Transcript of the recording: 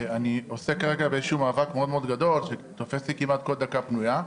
אני עוסק כרגע באיזשהו מאבק מאוד גדול שתופס לי כמעט כל דקה פנויה.